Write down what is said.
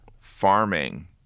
farming